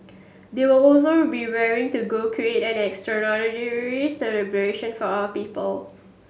they were also be raring to go create an celebration for our people